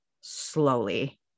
slowly